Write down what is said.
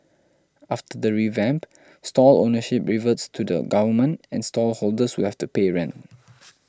after the revamp stall ownership reverts to the Government and stall holders will have to pay rent